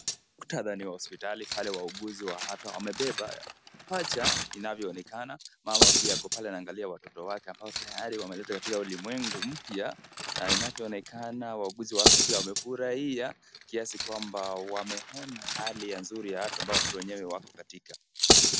Mktatha ni wa hospitali pale wauguzi wa afya wamebeba, pacha inavyo onekana, mama pia ako pale anaangalia watoto wake ambao tayari wameletwa katika ulimwengu mpya na inavyo onekana waugizi wa afya pia wamefurahia, kiasi kwamba wameona hali ya nzuri ya afya ambayo watoto wenyewe wako katika.